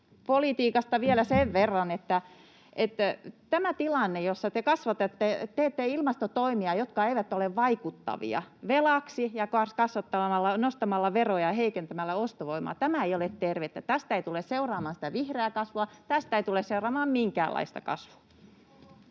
Ympäristöpolitiikasta vielä sen verran, että tämä tilanne, jossa te teette ilmastotoimia, jotka eivät ole vaikuttavia, velaksi ja nostamalla veroja ja heikentämällä ostovoimaa, ei ole terve. Tästä ei tule seuraamaan sitä vihreää kasvua — tästä ei tule seuraamaan minkäänlaista kasvua.